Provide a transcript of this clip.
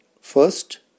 First